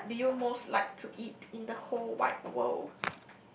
what do you most like to eat in the whole wide world